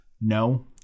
no